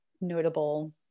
notable